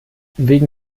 wegen